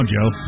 Joe